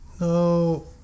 No